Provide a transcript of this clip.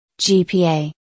GPA